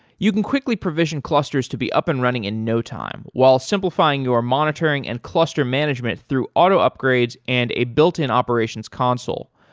you can quickly provision clusters to be up and running in no time while simplifying your monitoring and cluster management through auto upgrades and a built-in operations console.